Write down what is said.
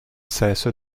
sesso